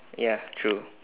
ya true